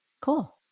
Cool